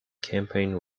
campaign